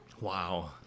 Wow